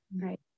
right